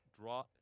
draw